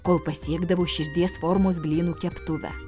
kol pasiekdavo širdies formos blynų keptuvę